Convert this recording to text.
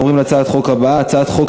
אנחנו עוברים להצעת החוק הבאה: הצעת חוק